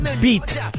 beat